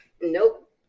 Nope